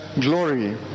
glory